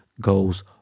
goes